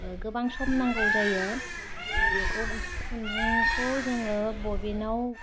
गोबां सम नांगौ जायो बेखौ खुन्दुंखौ जोङो बबेनाव